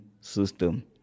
system